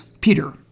Peter